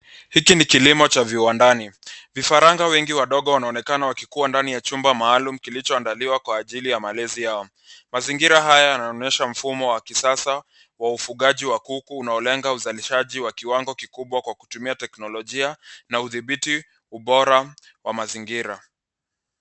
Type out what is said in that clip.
Hiki ni kilkimo cha viwandani. Vifaranga wengi wadogo wanaonekana wakikuwa ndani ya chumba maalum kilichoandaliwa kwa ajili ya malezi yao. Mazingira haya yanaonyesha mfumo wa kisasa wa ufugaji wa kuku unaolenga uzalishaji wa kiwango kikubwa kwa kutumia teknolojia na udhibiti ubora wa mazingira.